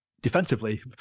defensively